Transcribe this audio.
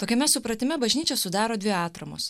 tokiame supratime bažnyčią sudaro dvi atramos